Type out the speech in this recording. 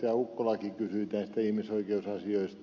ukkolakin kysyi näistä ihmisoikeusasioista